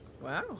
Wow